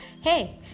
Hey